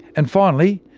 and finally,